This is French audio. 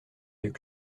yeux